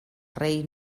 rei